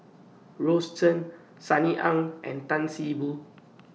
Rose Chan Sunny Ang and Tan See Boo